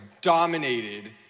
dominated